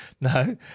No